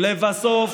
ולבסוף,